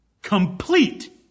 Complete